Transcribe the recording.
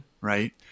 Right